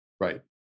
Right